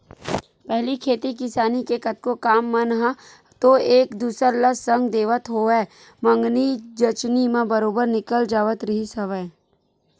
पहिली खेती किसानी के कतको काम मन ह तो एक दूसर ल संग देवत होवय मंगनी जचनी म बरोबर निकल जावत रिहिस हवय